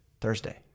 Thursday